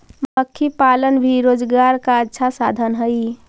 मधुमक्खी पालन भी रोजगार का अच्छा साधन हई